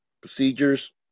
procedures